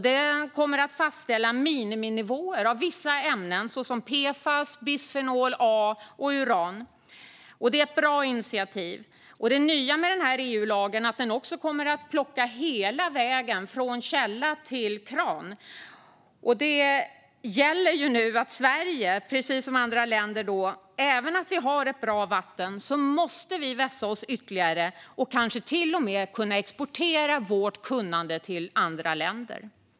Den kommer att fastställa miniminivåer av vissa ämnen som PFAS, bisfenol A och uran. Det är ett bra initiativ. Det nya med EU-lagen är att den också kommer att rikta krav hela vägen från källan till kranen. Nu gäller det att Sverige precis som andra länder, även om vi har ett bra vatten, vässar sig ytterligare och kanske till och med kan exportera sitt kunnande till andra länder.